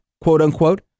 quote-unquote